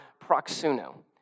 proxuno